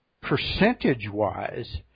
percentage-wise